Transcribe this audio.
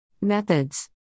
Methods